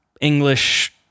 English